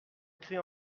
écrit